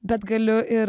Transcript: bet galiu ir